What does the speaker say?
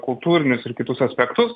kultūrinius ir kitus aspektus